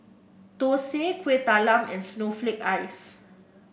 thosai Kueh Talam and Snowflake Ice